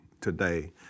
today